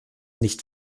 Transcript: nicht